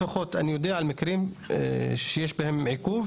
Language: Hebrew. אני לפחות יודע על מקרים שיש בהם עיכוב